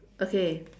okay